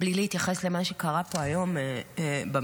בלי להתייחס למה שקרה היום במליאה.